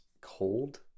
cold